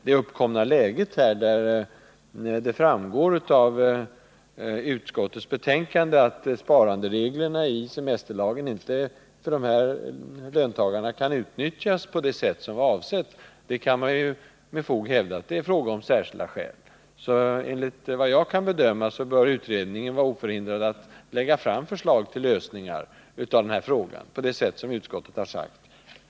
Det framgår av utskottsbetänkandet att sparandereglerna i semesterlagen inte kan utnyttjas av de berörda löntagarna på avsett sätt, och då kan man med fog hävda att det är fråga om särskilda skäl. Såvitt jag förstår är utredningen oförhindrad att på det sätt som utskottet har sagt lägga fram förslag till lösningar av denna fråga.